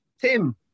Tim